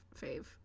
fave